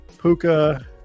Puka